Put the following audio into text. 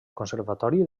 conservatori